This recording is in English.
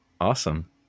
awesome